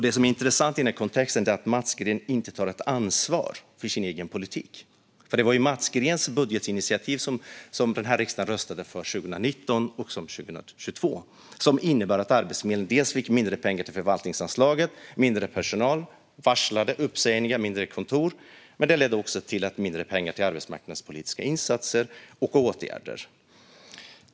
Det som är intressant i denna kontext är att Mats Green inte tar ansvar för sin egen politik. Det var ju Mats Greens budgetinitiativ som riksdagen röstade för 2019 och 2022. Detta innebar att Arbetsförmedlingen fick mindre pengar till förvaltningsanslaget, mindre personal, varsel om uppsägningar och mindre kontor, och det ledde också till mindre pengar till arbetsmarknadspolitiska insatser och åtgärder.